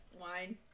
wine